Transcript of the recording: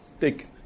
Take